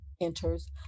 enters